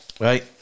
right